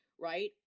right